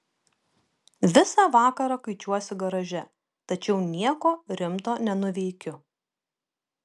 visą vakarą kuičiuosi garaže tačiau nieko rimto nenuveikiu